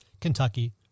Kentucky